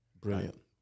Brilliant